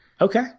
Okay